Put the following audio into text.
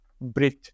bridge